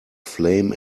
flame